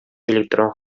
электрон